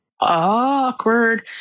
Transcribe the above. awkward